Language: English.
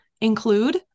include